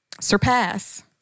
Surpass